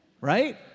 right